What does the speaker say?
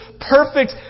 perfect